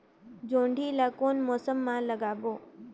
जोणी ला कोन मौसम मा लगाबो?